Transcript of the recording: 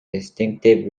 distinctive